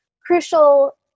crucial